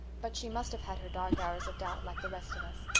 but she must have had her dark hours of doubt like the rest of us.